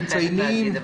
אני חייבת להגיד.